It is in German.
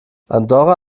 andorra